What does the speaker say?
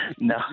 No